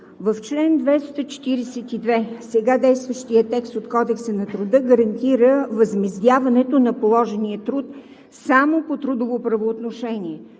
В чл. 242, сега действащият текст от Кодекса на труда, гарантира възмездяването на положения труд само по трудово правоотношение,